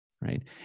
right